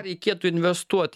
reikėtų investuot